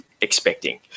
expecting